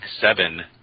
seven